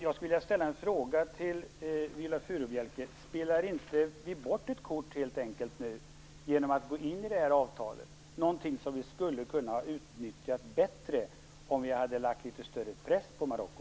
Jag skulle vilja fråga Viola Furubjelke: Spelar vi inte helt enkelt bort ett kort genom att gå in i avtalet? Vi kanske hade kunnat utnyttja det bättre om vi hade lagt större press på Marocko.